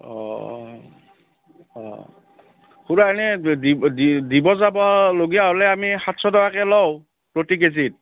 অঁ অঁ খুৰা এনে দিব যাবলগীয়া হ'লে আমি সাতশ টকাকে লওঁ প্ৰতি কেজিত